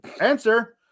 Answer